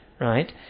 right